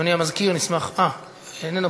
אדוני המזכיר, איננו פה.